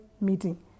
Meeting